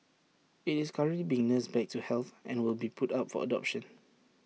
IT is currently being nursed back to health and will be put up for adoption